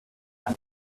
this